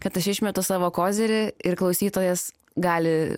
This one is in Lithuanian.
kad aš išmetu savo kozirį ir klausytojas gali